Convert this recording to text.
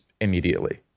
immediately